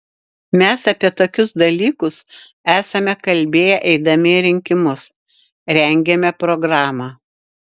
mes apie tokius dalykus esame kalbėję eidami į rinkimus rengėme programą